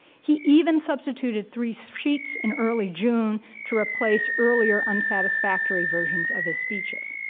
he even substituted three so sheets in early june to replace earlier unsatisfactory versions of his speeches.